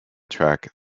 track